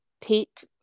take